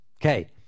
Okay